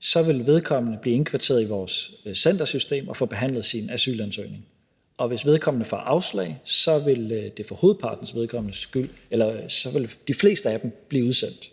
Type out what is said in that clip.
så vil vedkommende blive indkvarteret i vores centersystem og få behandlet sin asylansøgning. Og hvis vedkommende får afslag, vil man for de flestes vedkommende blive udsendt.